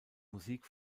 musik